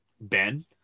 Ben